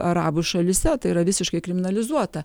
arabų šalyse tai yra visiškai kriminalizuota